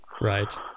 Right